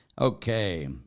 Okay